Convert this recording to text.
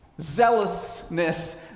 zealousness